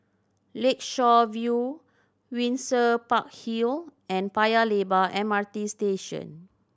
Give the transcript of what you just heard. Lakeshore View Windsor Park Hill and Paya Lebar M R T Station